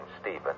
Stephen